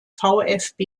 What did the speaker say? vfb